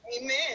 Amen